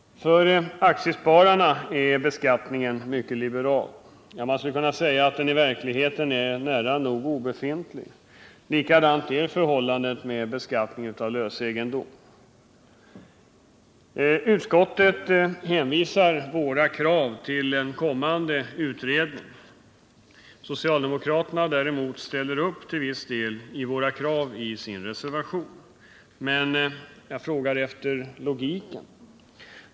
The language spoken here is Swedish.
För aktiespararna är beskattningen mycket liberal. Ja, man skulle kunna säga att den i verkligheten är nära nog obefintlig. Likadant är förhållandet med beskattningen av lös egendom. Utskottet hänvisar våra krav till en kommande utredning. Socialdemokraterna ställer däremot till viss del upp på våra krav i sin reservation, men jag frågar efter logiken.